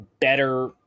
better